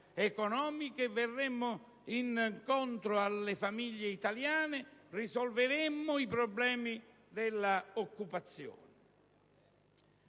economiche, verremmo incontro alle famiglie italiane e risolveremmo i problemi dell'occupazione!